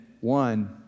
one